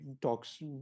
talks